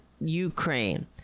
ukraine